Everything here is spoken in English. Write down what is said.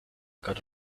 got